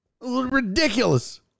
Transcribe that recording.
Ridiculous